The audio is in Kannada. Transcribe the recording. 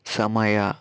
ಸಮಯ